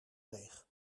leeg